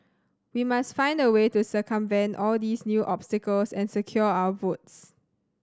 we must find a way to circumvent all these new obstacles and secure our votes